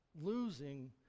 losing